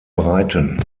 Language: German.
breiten